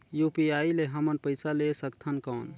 UPI ले हमन पइसा ले सकथन कौन?